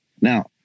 Now